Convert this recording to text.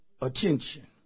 attention